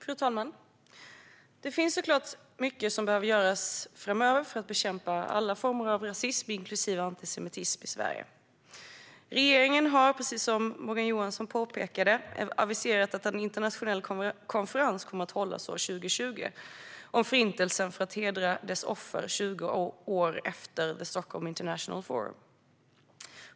Fru talman! Det finns såklart mycket som behöver göras framöver för att bekämpa alla former av rasism, inklusive antisemitism, i Sverige. Regeringen har, precis som Morgan Johansson påpekade, aviserat att en internationell konferens kommer att hållas 2020, 20 år efter Stockholm International Forum, om Förintelsen för att hedra dess offer.